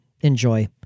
enjoy